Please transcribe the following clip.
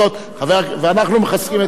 ואנחנו מחזקים את ידך.